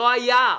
לא היה.